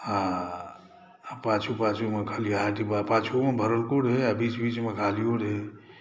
आ पाछू पाछूमे खलिआहा डिब्बा पाछूमे भरलको रहै आ बीच बीचमे खालिओ रहै